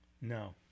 No